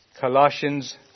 Colossians